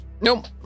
Nope